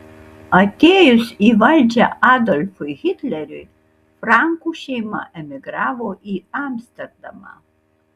atėjus į valdžią adolfui hitleriui frankų šeima emigravo į amsterdamą